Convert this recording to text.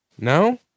No